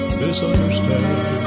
misunderstand